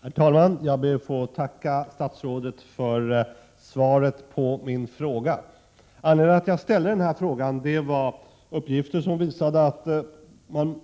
Herr talman! Jag ber att få tacka statsrådet för svaret på min fråga. Anledningen till att jag ställde frågan var uppgifter som visade att man